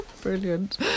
brilliant